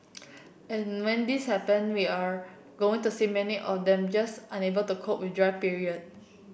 and when this happen we are going to see many of them just unable to cope with dry period